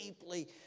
deeply